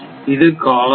இது காலம் 1